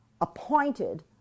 appointed